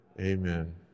Amen